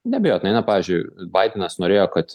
neabejotinai na pavyzdžiui baidenas norėjo kad